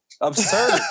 Absurd